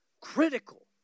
critical